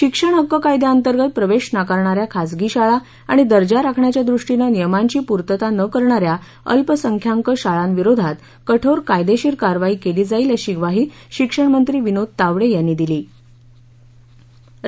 शिक्षण हक्क कायद्याअंतर्गत प्रवेश नाकारणाऱ्या खाजगी शाळा आणि दर्जा राखण्याच्या दृष्टीने नियमांची पूर्तता नं करणाऱ्या अल्पसंख्याक शाळांविरोधात कठोर कायदेशीर कारवाई केली जाईल अशी ग्वाही शिक्षण मंत्री विनोद तावडे यांनी आज विधानपरिषदेत प्रश्नोत्तराच्या तासात दिली